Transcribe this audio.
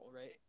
right